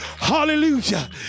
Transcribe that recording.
Hallelujah